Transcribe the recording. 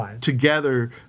together